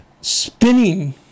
Spinning